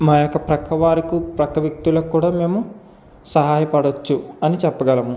మా యొక్క ప్రక్కవారుకు ప్రక్క వ్యక్తులకు కూడా మేము సహాయపడవచ్చు అని చెప్పగలము